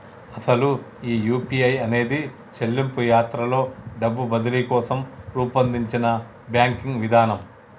అసలు ఈ యూ.పీ.ఐ అనేది చెల్లింపు యాత్రలో డబ్బు బదిలీ కోసం రూపొందించిన బ్యాంకింగ్ విధానం